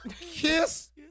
kiss